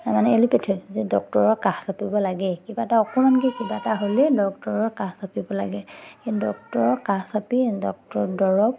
এই মানে এল'পেথিক যে ডক্টৰৰ কাষ চাপিব লাগেই কিবা এটা অকণমানকৈ কিবা এটা হ'লেই ডক্টৰৰ কাষ চাপিব লাগে কিন্তু ডক্টৰৰ কাষ চাপি ডক্টৰৰ দৰৱ